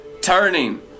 turning